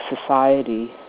society